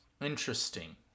Interesting